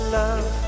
love